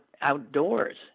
outdoors